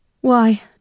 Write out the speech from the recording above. Why